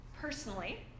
Personally